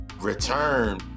return